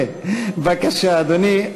בבקשה, אדוני.